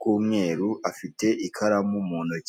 k'umweru afite ikaramu mu ntoki.